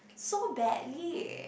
so badly